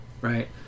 right